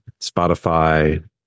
Spotify